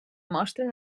mostren